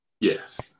Yes